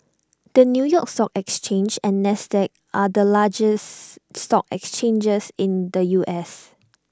the new york stock exchange and Nasdaq are the largest stock exchanges in the U S